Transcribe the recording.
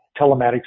telematics